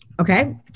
Okay